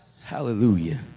Hallelujah